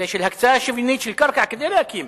של הקצאה שוויונית של קרקע כדי להקים